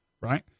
right